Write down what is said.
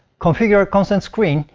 configure a consent screen,